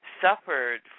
suffered